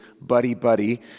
buddy-buddy